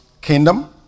kingdom